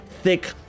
Thick